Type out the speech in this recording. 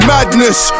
Madness